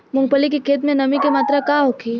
मूँगफली के खेत में नमी के मात्रा का होखे?